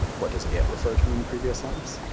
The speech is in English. what does it refer to in the previous sentence?